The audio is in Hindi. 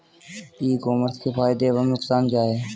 ई कॉमर्स के फायदे एवं नुकसान क्या हैं?